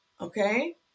Okay